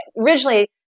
originally